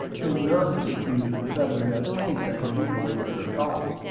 whom none could accuse of covering up anything he believed or thought.